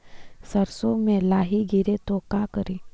सरसो मे लाहि गिरे तो का करि?